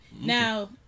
Now